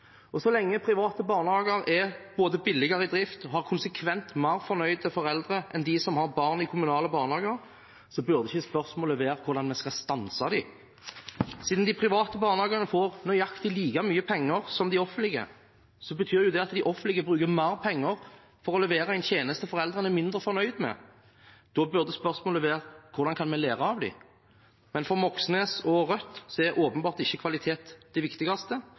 Og så lenge private barnehager er både billigere i drift og har konsekvent mer fornøyde foreldre enn kommunale barnehager har, burde ikke spørsmålet være hvordan vi skal stanse dem. Siden de private barnehagene får nøyaktig like mye penger som de offentlige, betyr det at de offentlige bruker mer penger for å levere en tjeneste foreldrene er mindre fornøyd med. Da burde spørsmålet være: Hvordan kan vi lære av dem? Men for Moxnes og Rødt er åpenbart ikke kvalitet det viktigste